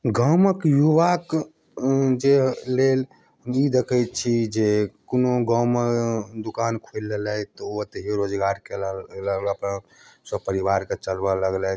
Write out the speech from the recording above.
गामक युवाके जे लेल ई देखै छी जे कोनो गाँव मे दुकान खोलि लेलथि तऽ ओ ओतहिये रोजगार केलाह सब परिवार के चलबऽ लगलथि